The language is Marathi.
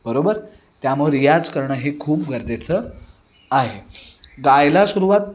बरोबर त्यामुळं रियाज करणं हे खूप गरजेचं आहे गायला सुरवात